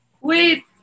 Wait